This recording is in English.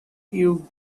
you